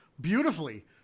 beautifully